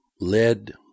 lead